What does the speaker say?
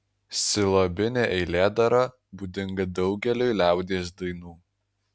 silabinė eilėdara būdinga daugeliui liaudies dainų